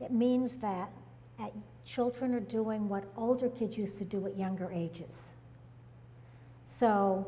it means that children are doing what older kids use to do what younger ages so